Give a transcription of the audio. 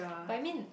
but I mean